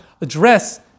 address